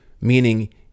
meaning